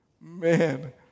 Man